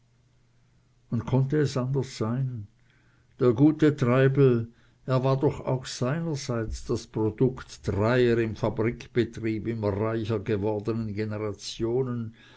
und konnte es anders sein der gute treibel er war doch auch seinerseits das produkt dreier im fabrikbetrieb immer reicher gewordenen generationen